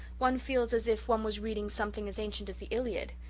one feels as if one was reading something as ancient as the iliad.